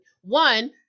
One